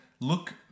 look